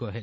Gohil